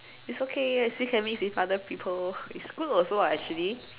it's okay we still can mix with other people it's good also [what] actually